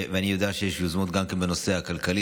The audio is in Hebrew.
ואני יודע שיש יוזמות גם בנושא הכלכלי,